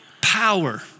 power